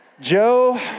Joe